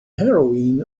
heroine